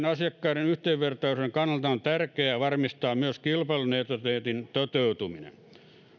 asiakkaiden yhdenvertaisuuden kannalta on tärkeää varmistaa myös kilpailuneutraliteetin toteutuminen